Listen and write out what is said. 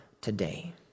today